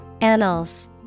Annals